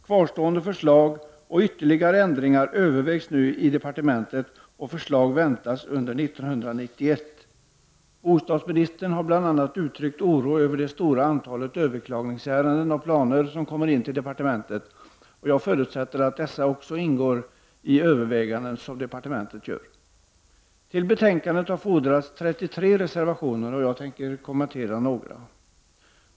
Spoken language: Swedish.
Kvarstående förslag och ytterligare ändringar övervägs nu i departementet, och förslag väntas under 1991. Bostadsministern har bl.a. uttryckt oro över det stora antalet ärenden med överklaganden av planer som kommer in till departementet. Jag förutsätter att dessa också ingår i de överväganden som departementet gör. Till betänkandet har fogats 33 reservationer, och jag tänker kommentera några.